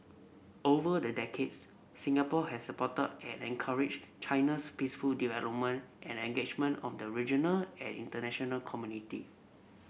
over the decades Singapore has supported at encouraged China's peaceful development and engagement of the regional and international community